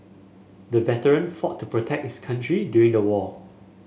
the veteran fought to protect his country during the war